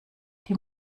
die